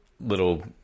little